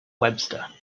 webster